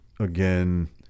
Again